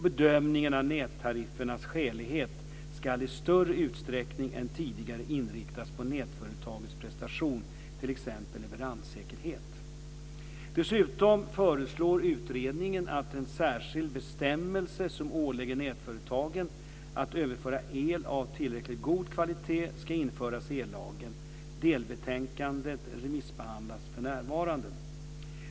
Bedömningen av nättariffernas skälighet ska i större utsträckning än tidigare inriktas på nätföretagets prestation, t.ex. leveranssäkerhet. Dessutom föreslår utredningen att en särskild bestämmelse som ålägger nätföretagen att överföra el av tillräckligt god kvalitet ska införas i ellagen. Delbetänkandet remissbehandlas för närvarande.